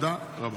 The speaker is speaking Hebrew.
תודה רבה.